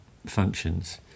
functions